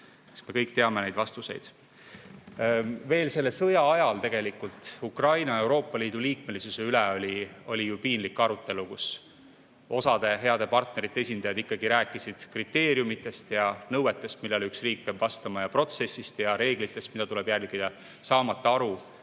kõik teame neid vastuseid. Veel selle sõja ajal oli Ukraina Euroopa Liidu liikmesuse üle piinlik arutelu, kus osade heade partnerite esindajad rääkisid kriteeriumidest ja nõuetest, millele üks riik peab vastama, ja protsessist ja reeglitest, mida tuleb järgida, saamata aru,